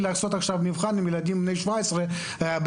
לעשות מבחן עם ילדים בני 17 בווינגייט,